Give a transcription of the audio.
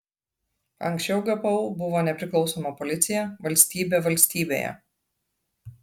anksčiau gpu buvo nepriklausoma policija valstybė valstybėje